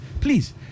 please